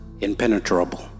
impenetrable